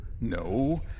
No